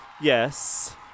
Yes